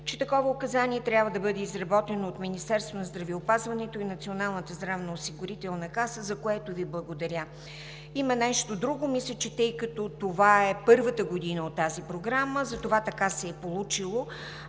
че такова указание трябва да бъде изработено от Министерството на здравеопазването и Националната здравноосигурителна каса, за което Ви благодаря. Има нещо друго. Мисля, че тъй като това е първата година от тази програма, затова така се е и получило,